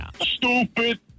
Stupid